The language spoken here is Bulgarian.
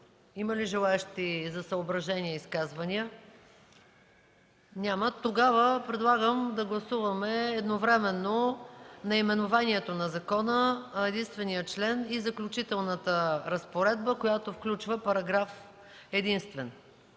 Има ли желаещи за съображения и изказвания? Няма. Предлагам да гласуваме едновременно наименованието на закона, единствения член и Заключителната разпоредба, която включва параграф единствен.